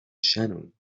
shannon